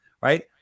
right